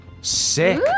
Sick